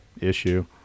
issue